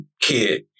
Kid